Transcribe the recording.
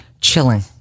chilling